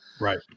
Right